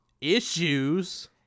issues